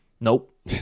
Nope